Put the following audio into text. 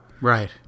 Right